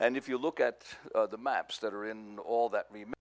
and if you look at the maps that are in all that mean